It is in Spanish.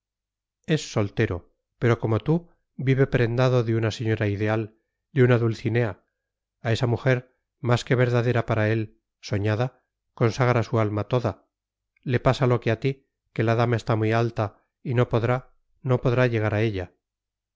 es soltero pero como tú vive prendado de una señora ideal de una dulcinea a esa mujer más que verdadera para él soñada consagra su alma toda le pasa lo que a ti que la dama está muy alta y no podrá no podrá llegar a ella